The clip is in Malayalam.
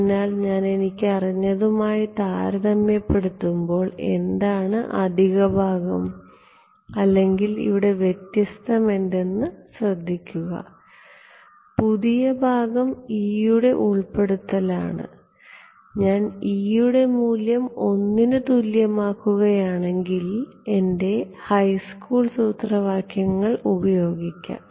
അതിനാൽ ഞാൻ എനിക്ക് അറിഞ്ഞതുമായി താരതമ്യപ്പെടുത്തുമ്പോൾ എന്താണ് അധിക ഭാഗം അല്ലെങ്കിൽ ഇവിടെ വ്യത്യസ്തമെന്ന് ശ്രദ്ധിക്കുക പുതിയ ഭാഗം e യുടെ ഉൾപ്പെടുത്തൽ ആണ് ഞാൻ e യുടെ മൂല്യം 1 ന് തുല്യമാക്കുകയാണെങ്കിൽ എനിക്ക് എന്റെ ഹൈസ്കൂൾ സൂത്രവാക്യങ്ങൾ ലഭിക്കും